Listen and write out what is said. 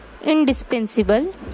indispensable